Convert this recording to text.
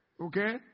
okay